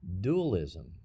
Dualism